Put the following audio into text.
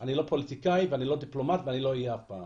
אני לא פוליטיקאי ואני לא דיפלומט ואני לא אהיה אף פעם